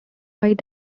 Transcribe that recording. white